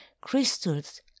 crystals